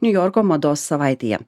niujorko mados savaitėje